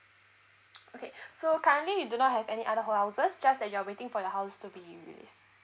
okay so currently we do not have any other whole houses just that you're waiting for your house to be released